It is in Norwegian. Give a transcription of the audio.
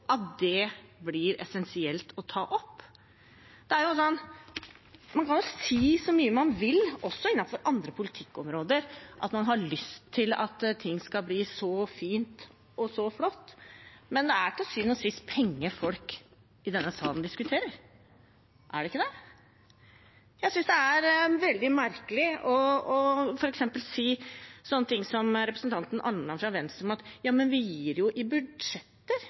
at det blir essensielt å ta opp. Man kan si så mye man vil – også innenfor andre politikkområder – at man ønsker at ting skal bli så fint og så flott, men det er til syvende og sist penger folk i denne salen diskuterer. Er det ikke det? Jeg synes det er veldig merkelig at man sier, som f.eks. representanten Almeland, fra Venstre, gjorde, at man gir i budsjetter.